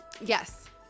Yes